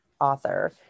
author